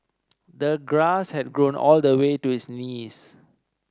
the grass had grown all the way to his knees